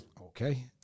okay